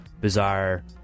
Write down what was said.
bizarre